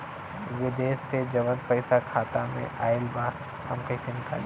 विदेश से जवन पैसा खाता में आईल बा हम कईसे निकाली?